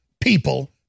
people